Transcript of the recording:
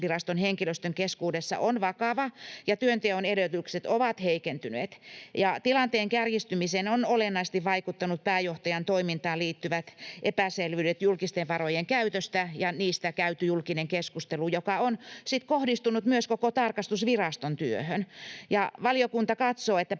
tarkastusviraston henkilöstön keskuudessa on vakava, työnteon edellytykset ovat heikentyneet ja tilanteen kärjistymiseen ovat olennaisesti vaikuttaneet pääjohtajan toimintaan liittyvät epäselvyydet julkisten varojen käytöstä ja niistä käyty julkinen keskustelu, joka on sitten kohdistunut myös koko tarkastusviraston työhön. Valiokunta katsoo, että